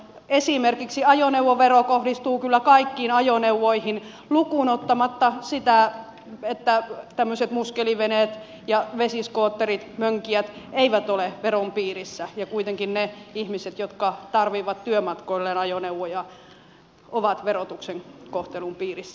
esimerkiksi ajoneuvovero kohdistuu kyllä kaikkiin ajoneuvoihin lukuun ottamatta sitä että tämmöiset muskeliveneet ja vesiskootterit mönkijät eivät ole veron piirissä ja kuitenkin ne ihmiset jotka tarvitsevat työmatkoilleen ajoneuvoja ovat verotuskohtelun piirissä